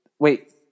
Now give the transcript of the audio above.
Wait